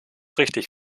richtig